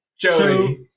Joey